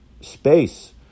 space